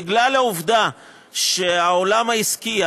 בגלל העובדה שהעולם העסקי,